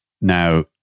Now